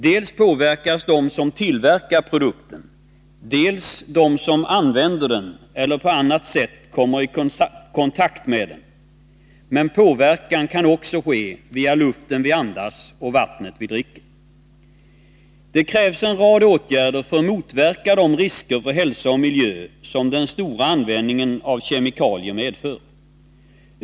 Dels påverkas de som tillverkar produkten, dels påverkas de som använder den eller på annat sätt kommer i kontakt med den. Men påverkan kan också ske via luften vi andas och vattnet vi dricker. Det krävs en rad åtgärder för att motverka de risker för hälsa och miljö som den stora användningen av kemikalier medför.